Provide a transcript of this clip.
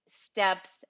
steps